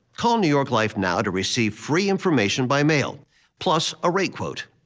call new york life now to receive free information by mail plus a rate quote.